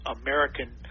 American